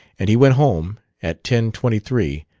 and he went home, at ten twenty-three,